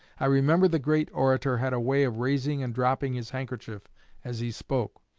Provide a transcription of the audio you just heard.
i remember the great orator had a way of raising and dropping his handkerchief as he spoke.